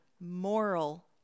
moral